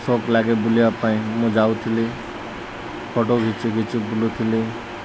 ସକ୍ ଲାଗେ ବୁଲିବା ପାଇଁ ମୁଁ ଯାଉଥିଲି ଫଟୋ ଖିଚି ଖିଚି ବୁଲୁଥିଲି